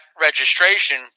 registration